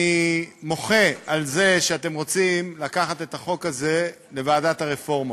אני מוחה על זה שאתם רוצים לקחת את החוק הזה לוועדת הרפורמות.